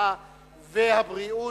הרווחה והבריאות,